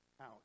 out